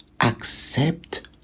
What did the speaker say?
accept